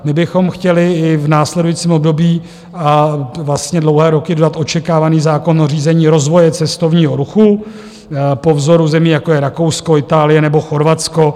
My bychom chtěli i v následujícím období a vlastně dlouhé roky očekávaný zákon o řízení rozvoje cestovního ruchu po vzoru zemí, jako je Rakousko, Itálie nebo Chorvatsko.